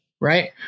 right